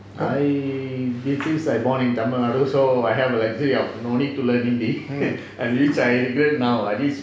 I refuse I born in tamil so I have luxury of no need to learn hindi ah this I regret now at least